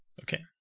Okay